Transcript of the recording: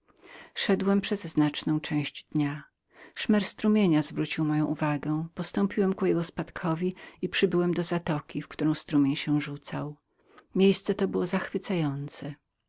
szedłem przez znaczną część dnia szmer wodotrysku zwrócił moją uwagę postąpiłem ku jego spadkowi i przybyłem do zatoki w którą strumień się rzucał miejsce to było zachwycającem